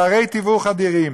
פערי תיווך אדירים.